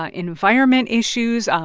ah environment issues,